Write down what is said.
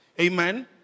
Amen